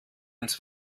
ins